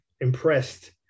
impressed